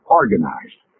organized